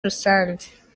rusange